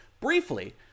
briefly